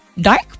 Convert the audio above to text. dark